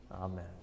Amen